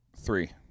Three